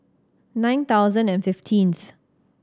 nine thousand and fifteenth